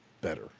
better